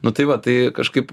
nu tai va tai kažkaip